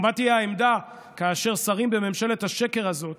ומה תהיה העמדה כאשר שרים בממשלת השקר הזאת